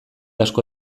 asko